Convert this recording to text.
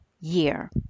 year